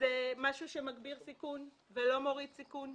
משהו שמגביר סיכון ולא מוריד סיכון.